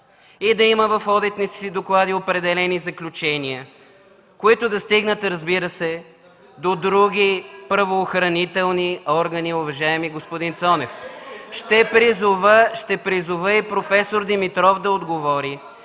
и да има в одитните си доклади определени заключения, които да стигнат, разбира се, до други правоохранителни органи, уважаеми господин Цонев? (Шум и реплики от ДПС.) Ще призова и проф. Димитров да отговори: